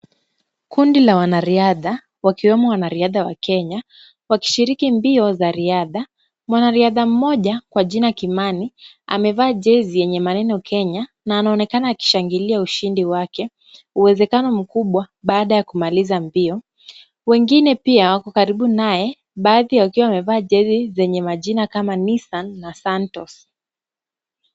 Kundi la wanariadha wakiwemo wanariadha wa Kenya wakishiriki mbio za riadha. Mwanariadha mmoja kwa jina kimani amevaa jezi yenye maneno Kenya na anaonekana akishangilia ushindi wake, uwezekano mkubwa baada ya kumaliza mbio. Wengine pia wako karibu naye, baadhi wakiwa wamevaa jezi zenye majina kama Nissan na Santos.